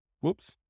Whoops